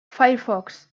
firefox